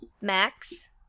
Max